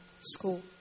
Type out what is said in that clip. school